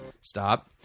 Stop